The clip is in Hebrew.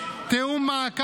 מדהים, מדהים,